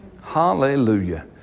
Hallelujah